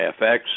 FX